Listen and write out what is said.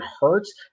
hurts